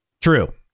True